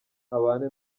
abane